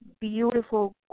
beautiful